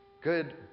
good